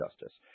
justice